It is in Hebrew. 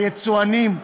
היצואנים,